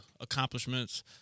accomplishments